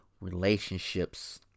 relationships